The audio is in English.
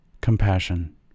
Compassion